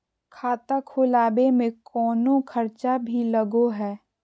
खाता खोलावे में कौनो खर्चा भी लगो है?